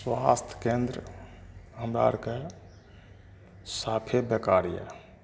स्वास्थ केंद्र हमरा आरके साफे बेकार यऽ